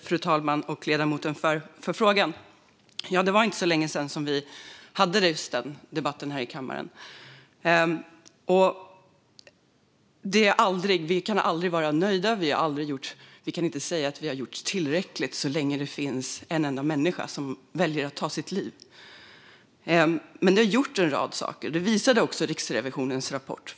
Fru talman! Jag tackar ledamoten för frågan. Ja, det var inte länge sedan vi hade den debatten här i kammaren. Vi kan aldrig vara nöjda. Vi kan inte säga att vi har gjort tillräckligt så länge det finns en enda människa som väljer att ta sitt liv. Men vi har gjort en rad saker. Det visade också Riksrevisionens rapport.